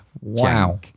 Wow